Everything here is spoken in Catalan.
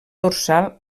dorsal